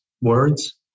words